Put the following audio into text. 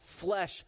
flesh